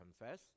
confess